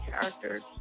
characters